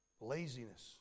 laziness